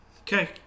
Okay